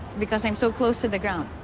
because i'm so close to the ground.